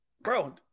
bro